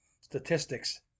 statistics